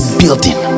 building